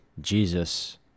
Jesus